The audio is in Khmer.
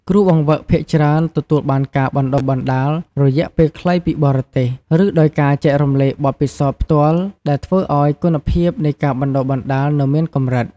គ្រូបង្វឹកភាគច្រើនទទួលបានការបណ្តុះបណ្តាលរយៈពេលខ្លីពីបរទេស ឬដោយការចែករំលែកបទពិសោធន៍ផ្ទាល់ ដែលធ្វើឱ្យគុណភាពនៃការបណ្តុះបណ្តាលនៅមានកម្រិត។